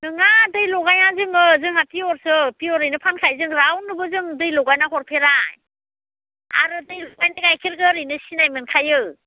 नङा दै लगाया जोङो जोंहा फियरसो फियरैनो फानखायो जों रावनोबो जों दै लगायना हरफेरा आरो दै लगायनाय गाइखेरखौ ओरैनो सिनाय मोनखायो